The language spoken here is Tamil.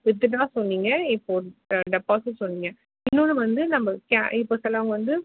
வித்துட்ரா சொன்னீங்க இப்போது டெபாசிட் சொன்னிங்க இன்னொன்று வந்து நம்ம கே இப்போ சிலவங்க வந்து